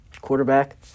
quarterback